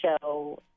show